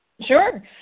Sure